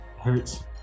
hurts